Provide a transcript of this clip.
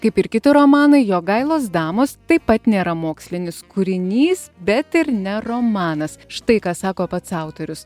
kaip ir kiti romanai jogailos damos taip pat nėra mokslinis kūrinys bet ir ne romanas štai ką sako pats autorius